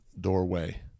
doorway